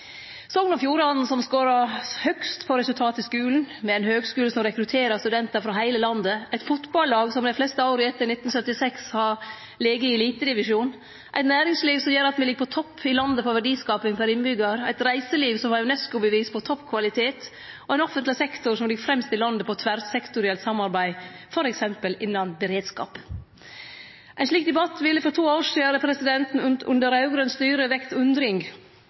Sogn og Fjordane, som scorer høgast på resultat i skulen, med ein høgskule som rekrutterer studentar frå heile landet, eit fotballag som dei fleste åra etter 1976 har lege i elitedivisjonen, eit næringsliv som gjer at me ligg på topp i landet på verdiskaping per innbyggjar, eit reiseliv som har UNESCO-bevis på toppkvaliteten og ein offentleg sektor som ligg fremst i landet når det gjeld tverrsektorielt samarbeid, f.eks. innanfor beredskap. Ein slik debatt ville for to år sidan under raud-grønt styre vekt undring,